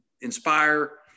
inspire